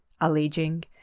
alleging